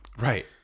Right